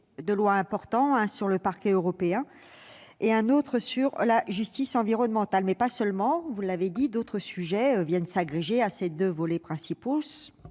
de loi importants : l'un sur le Parquet européen, l'autre sur la justice environnementale. Mais ce n'est pas tout. Vous l'avez dit : d'autres sujets viennent s'agréger à ces deux volets principaux,